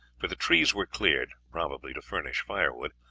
for the trees were cleared, probably to furnish firewood,